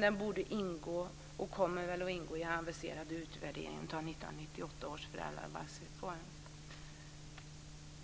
Den borde ingå och kommer väl att ingå i den aviserade utvärderingen av 1998 års föräldrabalksreform.